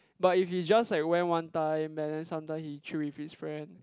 but if he just like went one time and then sometime he chill with his friend